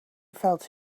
felt